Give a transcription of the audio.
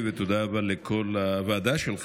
ותודה רבה לכל הוועדה שלך,